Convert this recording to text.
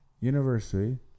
University